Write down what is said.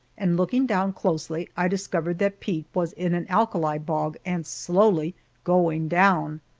and looking down closely i discovered that pete was in an alkali bog and slowly going down.